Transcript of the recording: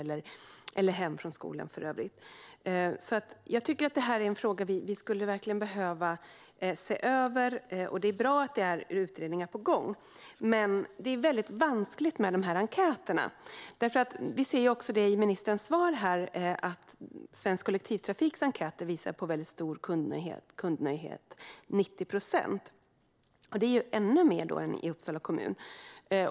Därför tycker jag att detta är en fråga som vi verkligen skulle behöva se över, och det är bra att det är utredningar på gång. Men det är mycket vanskligt med dessa enkäter. Vi ser också i ministerns svar att Svensk Kollektivtrafiks enkäter visar på mycket stor kundnöjdhet - 90 procent. Det är ännu mer än i Uppsala kommun.